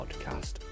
podcast